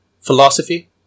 philosophy